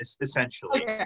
Essentially